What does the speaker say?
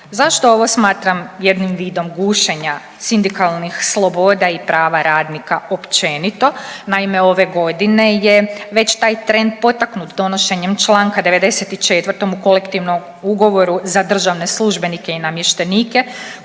Zašto ovo smatram jednim vidom gušenja sindikalnih sloboda i prava radnika općenito? Naime ove godine je već taj trend potaknut donošenjem članka 94. u Kolektivnom ugovoru za državne službenike i namještenike